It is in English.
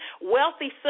Wealthy